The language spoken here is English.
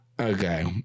okay